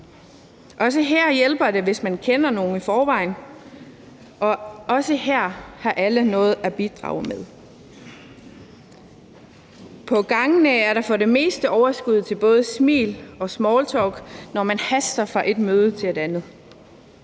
Også her hjælper det, hvis man kender nogen i forvejen, og også her har alle noget at bidrage med. På gangene er der for det meste overskud til både smil og smalltalk, når man haster fra et møde til et andet.